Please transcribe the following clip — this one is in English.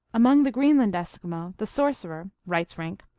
among the greenland eskimo the sorcerer, writes rink,